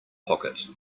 pocket